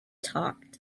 talked